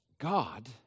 God